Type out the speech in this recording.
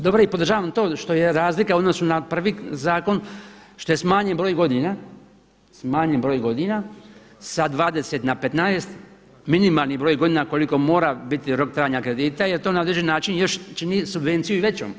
Dobro je i podržavam to što je razlika u odnosu na prvi zakon, što je smanjen broj godina, smanjen broj godina sa 20 na 15, minimalni broj godina koliko mora biti rok trajanja kredita jer to na određeni način još čini subvenciju i većom.